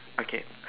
okay